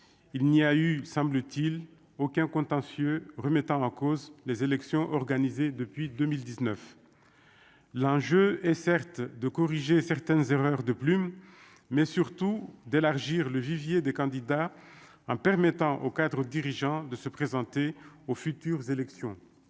il n'y a eu semble-t-il aucun contentieux, remettant en cause les élections organisées depuis 2019, l'enjeu est certes de corriger certaines erreurs de plumes, mais surtout d'élargir le vivier des candidats en permettant aux cadres dirigeants de se présenter aux futures élections